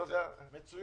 גם לזה אתם מתנגדים.